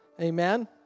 Amen